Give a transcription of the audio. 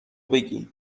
بگی